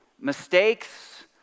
mistakes